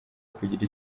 kugira